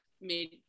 made